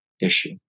issue